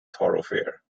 thoroughfare